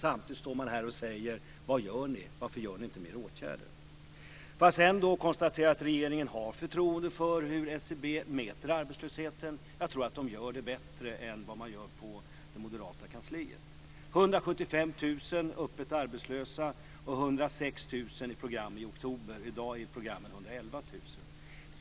Samtidigt står ni här och säger: Vad gör regeringen? Varför vidtar man inte fler åtgärder? Sedan konstaterar jag att regeringen har förtroende för hur SCB mäter arbetslösheten. Jag tror att SCB gör det bättre än vad man gör på Moderaternas kansli.